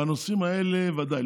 בנושאים האלה ודאי.